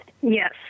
Yes